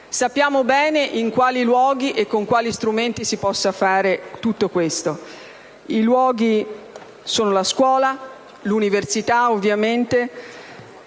Sappiamo bene in quali luoghi e con quali strumenti è possibile fare tutto questo. I luoghi sono la scuola e l'università ovviamente,